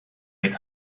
mit